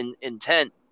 intent